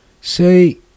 say